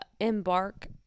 embark